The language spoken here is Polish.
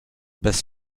bez